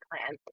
plan